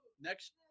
next